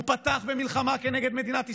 הוא פתח במלחמה כנגד מדינת ישראל,